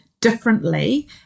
Differently